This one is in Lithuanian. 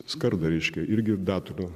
skardą reiškia irgi datulių